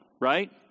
right